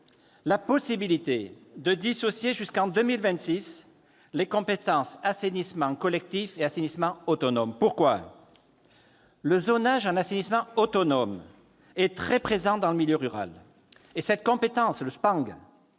la possibilité de dissocier jusqu'en 2026 les compétences « assainissement collectif » et « assainissement autonome ». Pourquoi ? Parce que le zonage en assainissement autonome est très présent dans le milieu rural. Et cette compétence